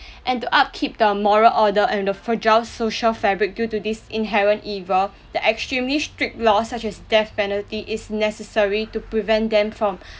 and to upkeep the moral order and the fragile social fabric due to this inherent evil the extremely strict laws such as death penalty is necessary to prevent them from